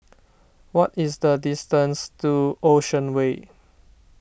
what is the distance to Ocean Way